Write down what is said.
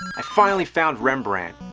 i finally found rembrandt.